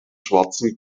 schwarzen